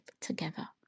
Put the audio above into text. together